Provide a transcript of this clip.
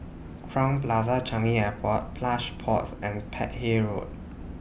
Crowne Plaza Changi Airport Plush Pods and Peck Hay Road